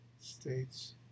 States